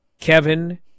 Kevin